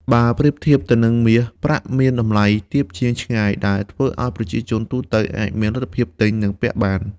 បើប្រៀបធៀបទៅនឹងមាស ប្រាក់មានតម្លៃទាបជាងឆ្ងាយ ដែលធ្វើឲ្យប្រជាជនទូទៅអាចមានលទ្ធភាពទិញ និងពាក់បាន។